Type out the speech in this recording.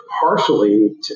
partially